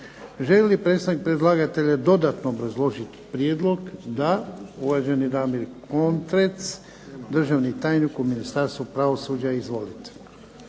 li predstavnik predlagatelja dodatno obrazložiti prijedlog? Da. Uvaženi Damir Kontrec, državni tajnik u Ministarstvu pravosuđa. Izvolite.